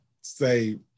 say